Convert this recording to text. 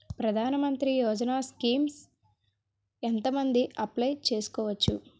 ప్రధాన మంత్రి యోజన స్కీమ్స్ ఎంత మంది అప్లయ్ చేసుకోవచ్చు?